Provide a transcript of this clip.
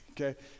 Okay